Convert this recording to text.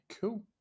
cool